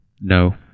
No